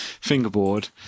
fingerboard